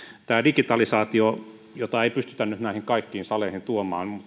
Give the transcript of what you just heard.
tämä digitalisaatio jota ei pystytä nyt näihin kaikkiin saleihin tuomaan